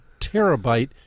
Terabyte